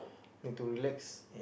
need to relax